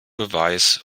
beweis